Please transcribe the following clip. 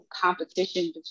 competition